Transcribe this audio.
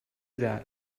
that